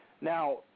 Now